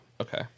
okay